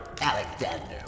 Alexander